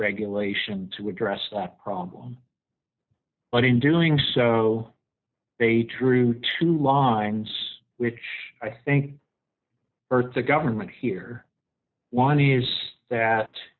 regulation to address that problem but in doing so they true two lines which i think earth the government here one is that